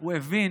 הוא הבין